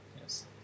Yes